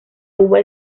uva